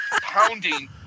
pounding